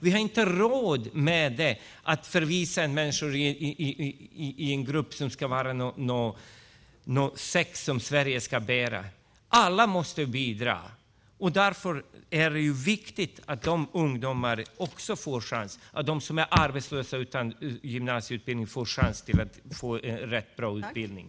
Vi har inte råd att förvisa människor till en grupp som ska vara en säck som Sverige ska bära. Alla måste bidra. Därför är det viktigt att också dessa ungdomar - de som är arbetslösa utan gymnasieutbildning - får chans till en riktig och bra utbildning.